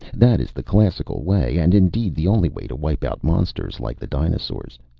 that is the classical way, and indeed the only way, to wipe out monsters like the dinosaurs.